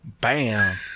Bam